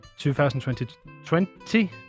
2020